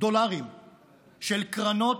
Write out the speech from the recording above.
דולרים של קרנות,